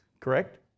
Correct